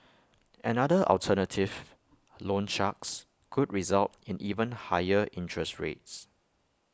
another alternative loan sharks could result in even higher interest rates